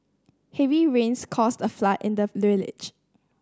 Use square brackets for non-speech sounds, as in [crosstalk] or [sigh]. heavy rains caused a flood in the [unintelligible]